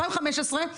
2015,